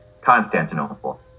Constantinople